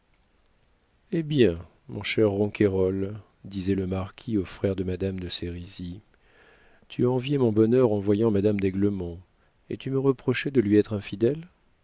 eh bien mon cher ronquerolles disait le marquis au frère de madame de sérizy tu enviais mon bonheur en voyant madame d'aiglemont et tu me reprochais de lui être infidèle